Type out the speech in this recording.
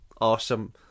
Awesome